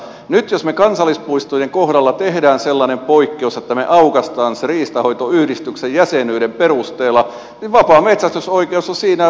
nyt jos me kansallispuistojen kohdalla teemme sellaisen poikkeuksen että me aukaisemme sen riistanhoitoyhdistyksen jäsenyyden perusteella niin vapaa metsästysoikeus on siinä mennyttä